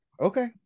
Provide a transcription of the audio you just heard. Okay